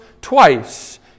twice